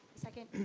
second.